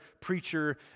preacher